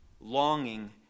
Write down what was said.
longing